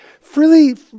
freely